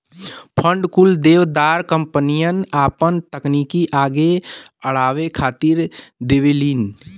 fund कुल दावेदार कंपनियन आपन तकनीक आगे अड़ावे खातिर देवलीन